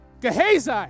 Gehazi